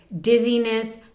dizziness